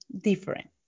different